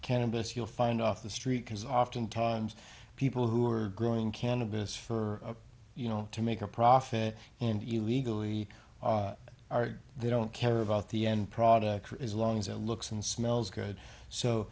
cannabis you'll find off the street because oftentimes people who are growing cannabis for you know to make a profit and you legally are they don't care about the end product as long as it looks and smells good so